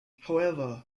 however